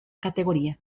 categoría